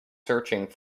searching